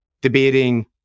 debating